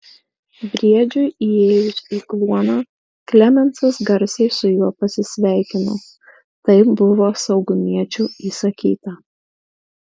briedžiui įėjus į kluoną klemensas garsiai su juo pasisveikino taip buvo saugumiečių įsakyta